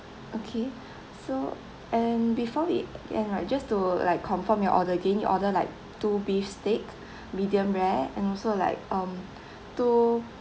okay so and before we end right just to like confirm your order again you order like to beef steak medium rare and also like um two